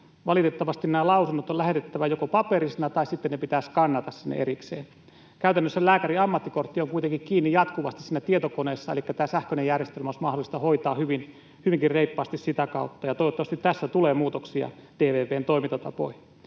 Valitettavasti nämä lausunnot on lähetettävä joko paperisena, tai sitten ne pitäisi skannata sinne erikseen. Käytännössä lääkärin ammattikortti on kuitenkin kiinni jatkuvasti siinä tietokoneessa, elikkä tämä olisi mahdollista hoitaa hyvinkin reippaasti sähköisen järjestelmän kautta. Toivottavasti tässä tulee muutoksia DVV:n toimintatapoihin.